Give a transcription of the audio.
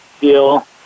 deal